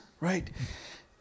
right